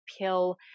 pill